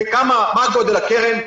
מה גודל הקרן,